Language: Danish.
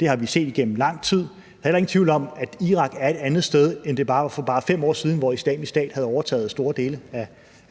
Det har vi set igennem lang tid. Der er heller ingen tvivl om, at Irak er et andet sted, end det var for bare 5 år siden, hvor Islamisk Stat havde overtaget store dele